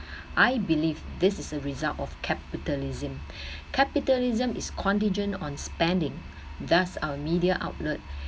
I believe this is a result of capitalism capitalism is contingent on spending thus our media outlet